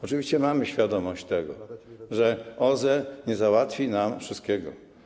Oczywiście mamy świadomość tego, że OZE nie załatwi nam wszystkiego.